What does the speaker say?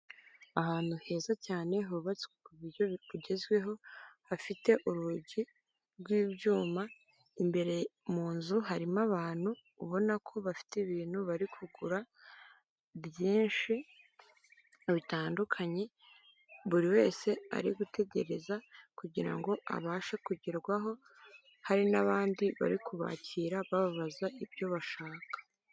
Ahantu heza cyane hubatswe kuburyo bugezweho hafite urugi rw'ibyuma imbere mu nzu harimo abantu ubona ko bafite ibintu bari kugura byinshi bitandukanye buri wese ari gutegereza kugirango abashe kugerwaho hari n'abandi bari kubakira babazaza ibyo bashaka.